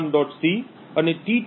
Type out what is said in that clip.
c અને T2